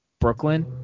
Brooklyn